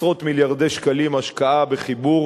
עשרות מיליארדי שקלים השקעה בחיבור